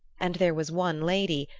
and there was one lady,